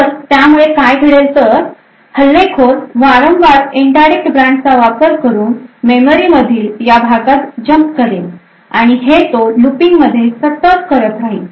तर त्यामुळे काय घडेल तर हल्लेखोर वारंवार इनडायरेक्ट ब्रांचचा वापर करून मेमरी मधील या भागात jump करेल आणि हे तो looping मध्ये सतत करत राहिलं